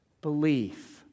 belief